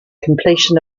completion